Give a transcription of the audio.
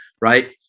right